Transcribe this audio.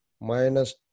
minus